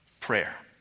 prayer